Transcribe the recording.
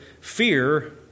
fear